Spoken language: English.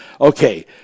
Okay